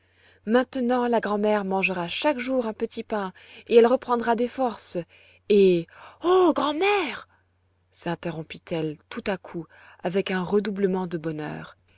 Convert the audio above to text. maintenant la grand'mère mangera chaque jour un petit pain et elle reprendra des forces et oh grand'mère sinterrompit elle tout à coup avec un redoublement de bonheur